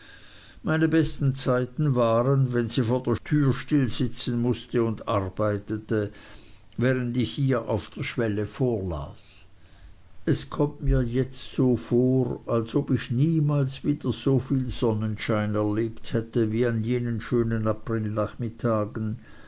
meine besten zeiten waren wenn sie vor der tür stillsitzen mußte und arbeitete während ich ihr auf der schwelle vorlas es kommt mir jetzt so vor als ob ich niemals wieder soviel sonnenschein erlebt hätte wie an jenen schönen